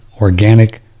organic